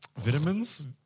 Vitamins